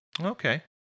Okay